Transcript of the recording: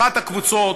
אחת הקבוצות